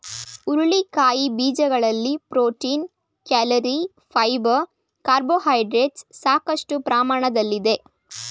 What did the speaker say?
ಹುರುಳಿಕಾಯಿ ಬೀಜಗಳಲ್ಲಿ protein, calorie, fibre carbohydrates ಸಾಕಷ್ಟು ಪ್ರಮಾಣದಲ್ಲಿದೆ